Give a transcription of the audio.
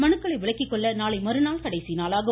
மனுக்களை விலக்கிக்கொள்ள நாளைமறுநாள் கடைசி நாளாகும்